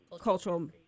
cultural